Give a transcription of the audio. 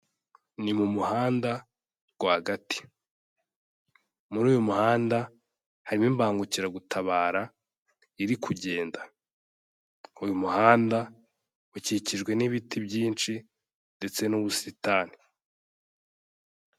Ni mu muhanda rwagati, muri uyu muhanda harimo imbangukiragutabara iri kugenda, uyu muhanda ukikijwe n'ibiti byinshi ndetse n'ubusitani.